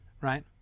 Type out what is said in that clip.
Right